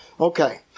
Okay